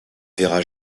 verra